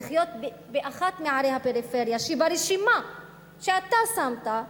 לחיות באחת מערי הפריפריה שברשימה שאתה שמת,